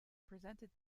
presented